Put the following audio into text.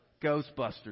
Ghostbusters